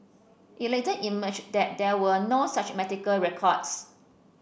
it later emerged that there were no such medical records